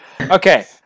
Okay